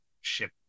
ship